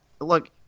look